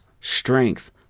strength